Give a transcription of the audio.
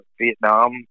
Vietnam